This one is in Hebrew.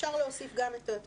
אפשר להוסיף גם את התוקף.